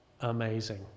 amazing